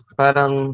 parang